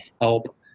help